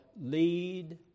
lead